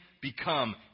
become